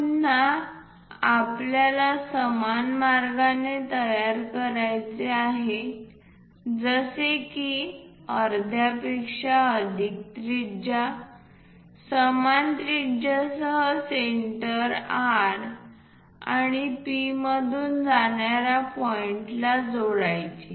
पुन्हा आपल्याला समान मार्गाने तयार करायचे आहे जसे की अर्ध्यापेक्षा अधिक त्रिज्या समान त्रिज्यासह सेंटर R या P मधून जाणाऱ्या पॉईंटला जोडायचे